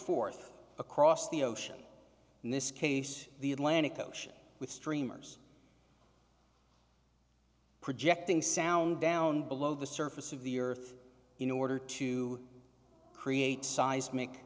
forth across the ocean in this case the atlantic ocean with streamers projecting sound down below the surface of the earth in order to create seismic